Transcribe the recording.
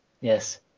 Yes